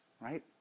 right